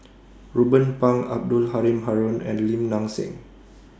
Ruben Pang Abdul Halim Haron and Lim Nang Seng